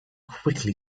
quickly